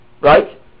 Right